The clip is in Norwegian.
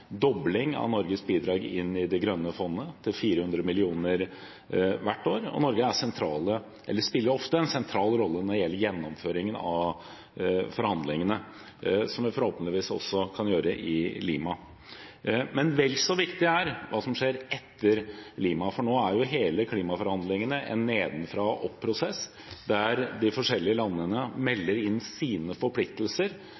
dobling av Norges bidrag inn i det grønne fondet, til 400 mill. kr hvert år. Norge spiller ofte en sentral rolle når det gjelder gjennomføringen av forhandlingene, som vi forhåpentligvis også kan gjøre i Lima. Men vel så viktig er hva som skjer etter Lima, for nå er jo klimaforhandlingene en nedenfra og opp-prosess, der de forskjellige landene